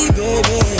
baby